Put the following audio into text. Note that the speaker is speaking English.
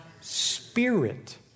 spirit